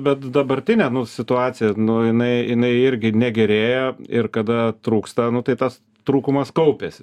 bet dabartinė situacija nu jinai jinai irgi negerėja ir kada trūksta nu tai tas trūkumas kaupiasi